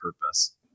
purpose